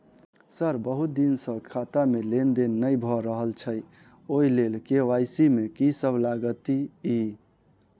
Sir बहुत दिन सऽ खाता मे लेनदेन नै भऽ रहल छैय ओई लेल के.वाई.सी मे की सब लागति ई?